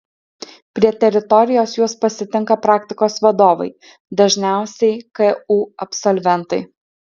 prie teritorijos juos pasitinka praktikos vadovai dažniausiai ku absolventai